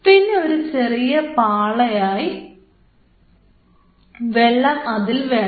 പിന്നെ ഒരു ചെറിയ പാളിയായി വെള്ളവും അതിൽ വേണം